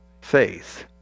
faith